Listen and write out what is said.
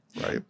Right